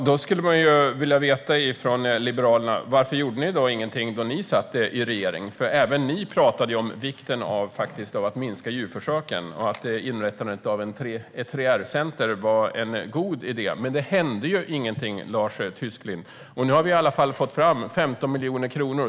Herr talman! Varför gjorde ni då inget när ni satt i regeringen? Även ni talade om vikten av att minska djurförsöken och att inrättandet av ett 3R-center var en god idé. Men det hände inget, Lars Tysklind. Nu har vi fått fram 15 miljoner kronor.